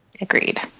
Agreed